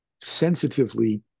sensitively